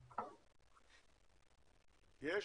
אנחנו,